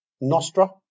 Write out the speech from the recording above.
Nostra